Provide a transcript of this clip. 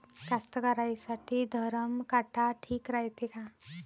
कास्तकाराइसाठी धरम काटा ठीक रायते का?